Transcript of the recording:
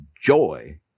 joy